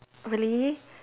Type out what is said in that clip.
really